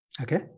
Okay